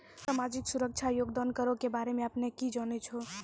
समाजिक सुरक्षा योगदान करो के बारे मे अपने कि जानै छो?